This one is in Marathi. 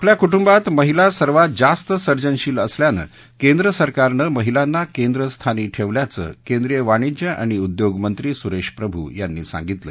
आपल्या कुटुंबात महिला सर्वात जास्त सर्जनशील असल्यानं केंद्र सरकारनं महिलांना केंद्रस्थानी ठेवल्याचं केंद्रीय वाणिज्य आणि उद्योगमंत्री सुरेश प्रभू यांनी सांगितलं